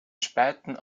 späten